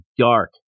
dark